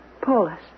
Paulus